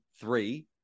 three